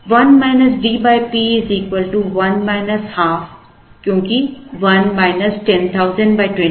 1 D P 1 ½ क्योंकि 1 10000 20000